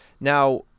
Now